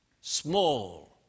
small